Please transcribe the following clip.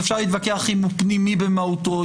אפשר להתווכח אם הוא פנימי במהותו,